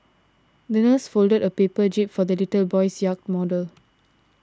the nurse folded a paper jib for the little boy's yacht model